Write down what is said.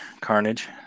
Carnage